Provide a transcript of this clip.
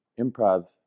improv